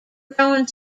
growing